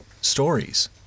stories